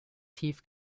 tief